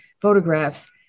photographs